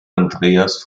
andreas